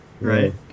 right